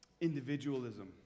individualism